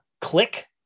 Click